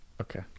Okay